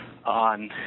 on